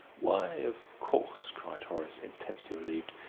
why, of course, cried horace, intensely relieved.